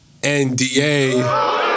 NDA—